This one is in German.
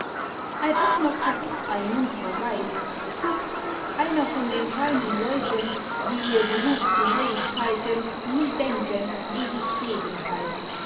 ein offner kopf ein muntrer geist kurz einer von den feinen leuten die ihr beruf zu neuigkeiten nie denken ewig reden heißt